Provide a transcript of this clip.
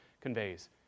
conveys